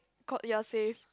co~ ya save